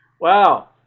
Wow